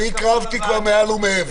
באמת מעל ומעבר.